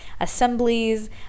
assemblies